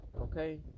Okay